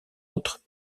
autres